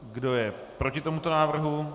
Kdo je proti tomuto návrhu?